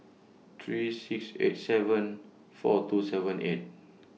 three six eight seven four two seven and